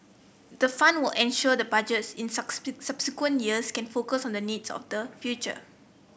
the fund will ensure the Budgets in subsequent years can focus on the needs of the future